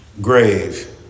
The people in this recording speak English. grave